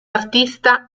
artista